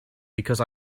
because